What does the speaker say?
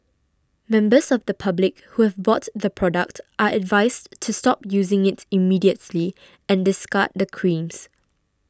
members of the public who have bought the product are advised to stop using it immediately and discard the creams